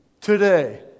Today